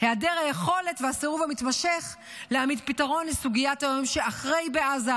היעדר היכולת והסירוב המתמשך להעמיד פתרון לסוגיית היום שאחרי בעזה,